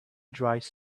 dries